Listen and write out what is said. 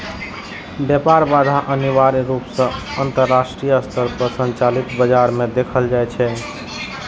व्यापार बाधा अनिवार्य रूप सं अंतरराष्ट्रीय स्तर पर संचालित बाजार मे देखल जाइ छै